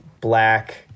black